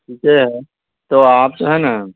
ٹھیکے ہے تو آپ جو ہے نا